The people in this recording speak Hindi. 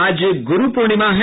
आज गुरु पूर्णिमा है